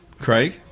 Craig